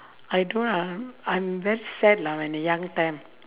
I don't um I'm very sad lah in the young time